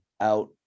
out